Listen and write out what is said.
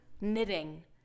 knitting